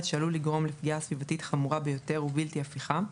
שעלול לגרום לפגיעה סביבתית חמורה ביותר ובלתי הפיכה,